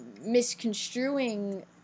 misconstruing